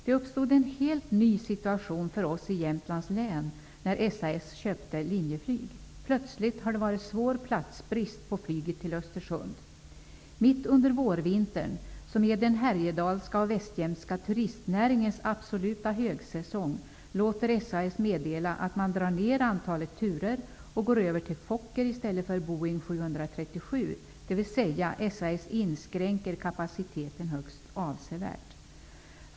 Det uppstod en helt ny situation för oss i Jämtlands län när SAS köpte Linjeflyg. Plötsligt har det uppstått svår platsbrist på flyget till Östersund. Mitt under vårvintern, som är den härjedalska och västjämtska turistnäringens absoluta högsäsong, låter SAS meddela att man drar ner antalet turer och går över till Fokker i stället för Boeing 737, dvs. SAS inskränker kapaciteten högst avsevärt.